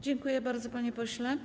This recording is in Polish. Dziękuję bardzo, panie pośle.